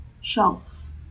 shelf